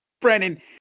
Brandon